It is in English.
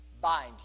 bind